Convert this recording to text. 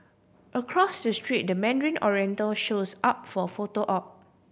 across the street the Mandarin Oriental shows up for a photo op